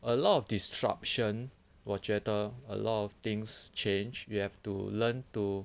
a lot of disruption 我觉得 a lot of things change you have to learn to